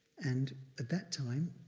and at that time,